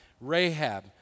Rahab